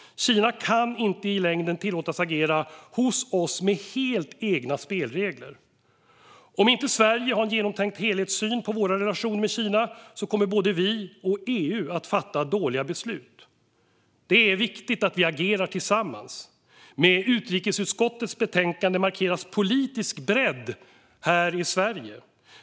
Kina kan inte i längden tillåtas agera hos oss med helt egna spelregler. Om inte Sverige har en genomtänkt helhetssyn på våra relationer med Kina kommer både vi och EU att fatta dåliga beslut. Det är viktigt att vi agerar tillsammans. Med utrikesutskottets betänkande markeras politisk bredd här i Sverige.